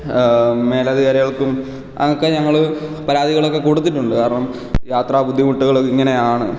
മേലധികാരികൾക്കും അതൊക്കെ ഞങ്ങൾ പരാതികളൊക്കെ കൊടുത്തിട്ടുണ്ട് കാരണം യാത്ര ബുദ്ധിമുട്ടുകളൊക്കെ ഇങ്ങനെ ആണ്